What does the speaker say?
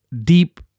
deep